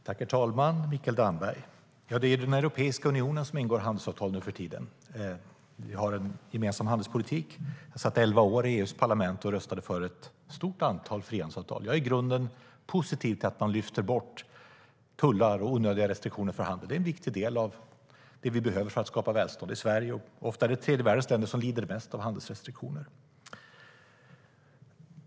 Herr talman! Mikael Damberg! Det är Europeiska unionen som ingår handelsavtal nuförtiden. Vi har en gemensam handelspolitik. Jag satt i elva år i EU:s parlament och röstade för ett stort antal frihandelsavtal. Jag är i grunden positiv till att man lyfter bort tullar och onödiga restriktioner för handel. Det är en viktig del av det vi behöver för att skapa välstånd i Sverige, och ofta är det tredje världens länder som lider mest av handelsrestriktioner.